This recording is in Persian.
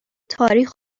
تاریخ